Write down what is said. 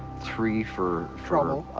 three for trouble.